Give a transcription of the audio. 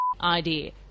idea